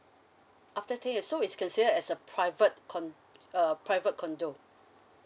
after ten years so it's considered as a private con uh private condo